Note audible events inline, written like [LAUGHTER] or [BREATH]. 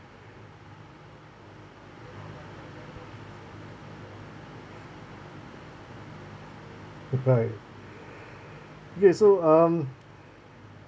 poor guy [BREATH] okay so um